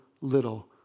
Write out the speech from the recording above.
little